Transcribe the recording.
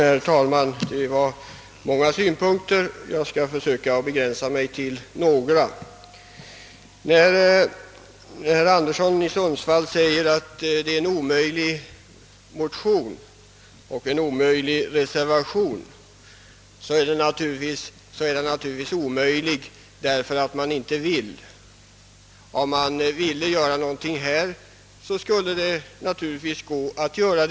Herr talman! Det var många synpunkter som herr Anderson i Sundsvall redovisade; jag skall försöka begränsa mig till några få. När herr Anderson säger att motionen och reservationen är omöjliga, så är de naturligtvis det därför att man inte vill göra någonting. Ville man göra något, så skulle det naturligtvis också vara möjligt.